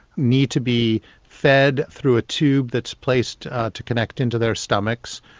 need to be fed through a tube that's placed to connect into their stomachs,